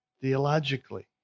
theologically